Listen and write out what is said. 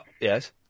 Yes